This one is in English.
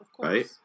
right